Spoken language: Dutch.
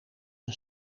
een